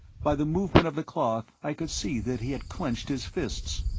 by the movement of the cloth i could see that he had clenched his fists.